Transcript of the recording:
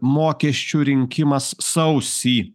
mokesčių rinkimas sausį